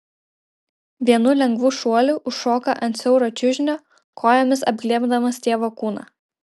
vienu lengvu šuoliu užšoka ant siauro čiužinio kojomis apglėbdamas tėvo kūną